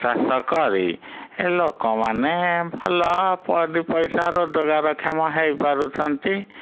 ଚାଷ କରି ଲୋକମାନେ ଭଲ ପ ଦୁଇ ପଇସା ରୋଜଗାର କ୍ଷମ ହେଇପାରୁଛନ୍ତି